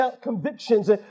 convictions